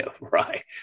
right